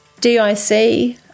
DIC